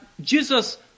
Jesus